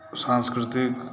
सांस्कृतिक